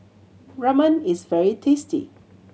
ramen is very tasty